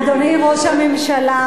אדוני ראש הממשלה,